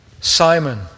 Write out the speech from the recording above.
Simon